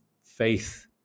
faith